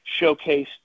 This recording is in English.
showcased